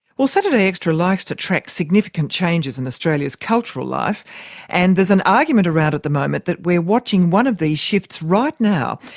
saturday extra likes to track significant changes in australia's cultural life and there's an argument around at the moment that we're watching one of these shifts right now,